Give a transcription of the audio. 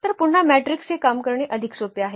तर पुन्हा मॅट्रिकसह हे काम करणे अधिक सोपे आहे